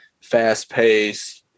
fast-paced